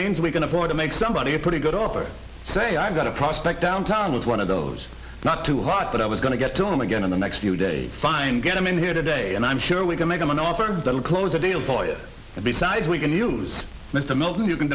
means we can afford to make somebody a pretty good offer say i'm going to prospect downtown with one of those not too hot but i was going to get to him again in the next few days find get him in here today and i'm sure we can make him an offer that will close the deal for you besides we can use mr milton you can